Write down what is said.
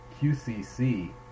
QCC